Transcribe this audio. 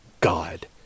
God